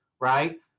right